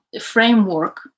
framework